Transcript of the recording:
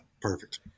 Perfect